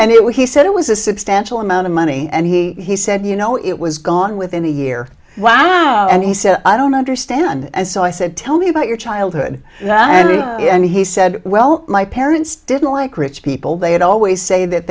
was he said it was a substantial amount of money and he said you know it was gone within a year now and he said i don't understand and so i said tell me about your childhood and he said well my parents didn't like rich people they'd always say that